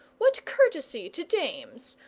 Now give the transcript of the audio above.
what courtesy to dames,